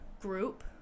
group